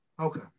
Okay